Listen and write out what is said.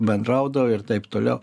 bendraudavo ir taip toliau